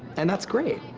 and that's great,